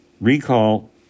recall